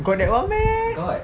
got that [one] meh